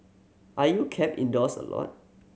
are you kept indoors a lot